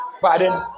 Pardon